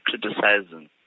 criticizing